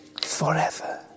forever